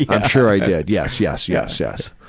i'm sure i did. yes, yes, yes, yes.